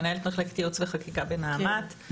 מנהלת מחלקת ייעוץ וחקיקה בנעמת.